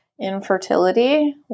infertility